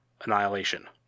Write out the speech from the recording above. Annihilation